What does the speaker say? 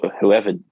whoever